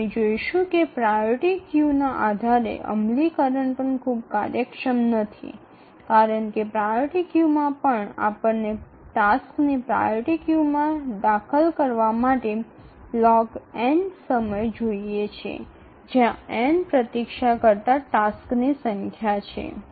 આપણે જોઈશું કે પ્રાયોરિટી ક્યૂના આધારે અમલીકરણ પણ ખૂબ કાર્યક્ષમ નથી કારણ કે પ્રાયોરિટી ક્યૂમાં પણ આપણને ટાસ્કને પ્રાયોરિટી ક્યૂમાં દાખલ કરવા માટે log સમય જોઈએ છે જ્યાં n પ્રતીક્ષા કરતાં ટાસ્કની સંખ્યા છે